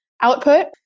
output